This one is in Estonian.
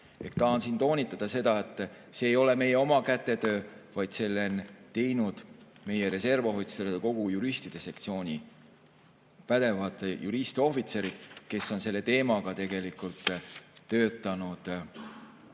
Tahan toonitada seda, et see ei ole meie oma kätetöö, vaid selle on teinud meie reservohvitseride kogu juristide sektsiooni pädevad juristohvitserid, kes on selle teemaga töötanud